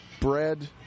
bread